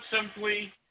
simply